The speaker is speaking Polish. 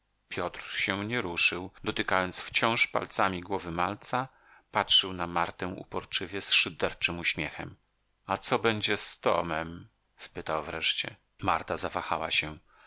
piotr się nie ruszył dotykając wciąż palcami głowy malca patrzył na martę uporczywie z szyderczym uśmiechem a co będzie z tomem spytał wreszcie marta zawahała się